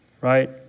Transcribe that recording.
right